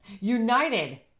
United